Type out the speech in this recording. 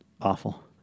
awful